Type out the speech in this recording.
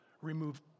remove